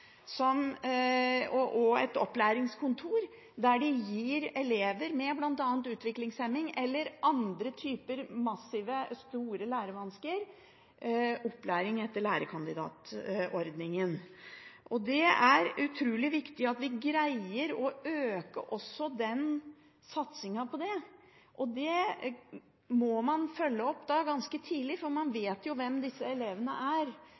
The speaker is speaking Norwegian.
og har også et opplæringskontor – der de gir elever med utviklingshemning eller andre typer massive lærevansker opplæring etter lærekandidatordningen. Det er utrolig viktig at vi greier å styrke også satsingen på dette. Dette må man følge opp ganske tidlig – for man vet jo ganske tidlig hvem disse elevene er